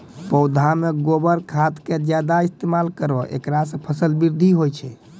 पौधा मे गोबर खाद के ज्यादा इस्तेमाल करौ ऐकरा से फसल बृद्धि होय छै?